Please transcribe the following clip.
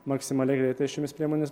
maksimaliai greitai šiomis priemonės